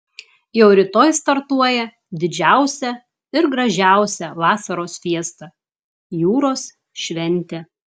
jau rytoj startuoja didžiausia ir gražiausia vasaros fiesta jūros šventė